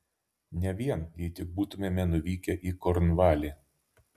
ne vien jei tik būtumėme nuvykę į kornvalį